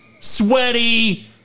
sweaty